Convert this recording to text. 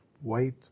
white